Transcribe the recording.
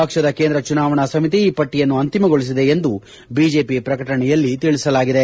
ಪಕ್ಷದ ಕೇಂದ್ರ ಚುನಾವಣಾ ಸಮಿತಿ ಈ ಪಟ್ಟಯನ್ನು ಅಂತಿಮಗೊಳಿಸಿದೆ ಎಂದು ಬಿಜೆಪಿ ಪ್ರಕಟಣೆಯಲ್ಲಿ ತಿಳಿಸಲಾಗಿದೆ